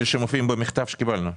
אלה שמופיעים במכתב שקיבלנו.